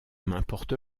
m’importe